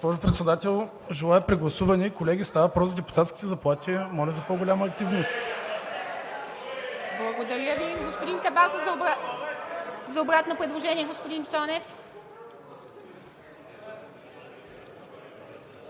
господин Табаков. За обратно предложение – господин Цонев.